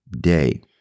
day